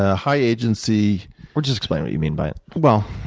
ah high agency or just explain what you mean by it. well,